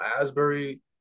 Asbury